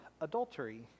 adultery